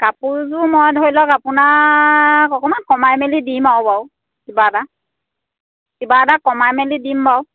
কাপোৰযোৰ মই ধৰি লওক আপোনাক অকণমান কমাই মেলি দিম আৰু বাৰু কিবা এটা কিবা এটা কমাই মেলি দিম বাৰু